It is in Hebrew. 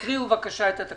תקריאו בבקשה את התקנות.